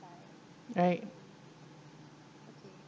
right